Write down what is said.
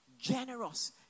generous